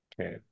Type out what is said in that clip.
okay